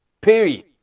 Period